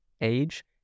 age